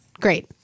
Great